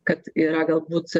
kad yra galbūt